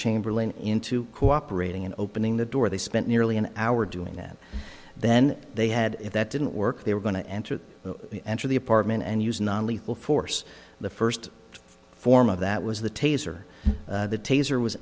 chamberlain into cooperating and opening the door they spent nearly an hour doing that then they had if that didn't work they were going to enter it enter the apartment and use non lethal force the first form of that was the taser the taser was